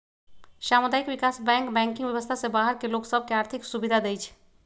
सामुदायिक विकास bank banking व्यवस्था से बाहर के लोग सभ के आर्थिक सुभिधा देँइ छै